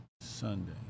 sunday